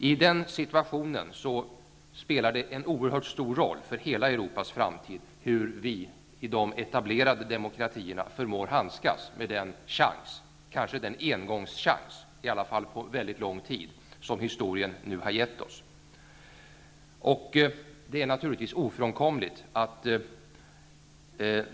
I den situationen spelar det en oerhört stor roll för hela Europas framtid hur vi, i de etablerade demokratierna, förmår handskas med den chans, kanske den engångschans -- i alla fall på väldigt lång tid -- som historien nu har gett oss.